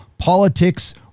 Politics